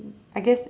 I guess